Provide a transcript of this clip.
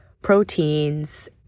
proteins